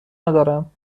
ندارم